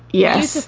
yes.